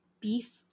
beef